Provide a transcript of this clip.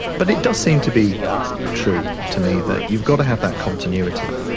but it does seem to be true to me that you've got to have that continuity.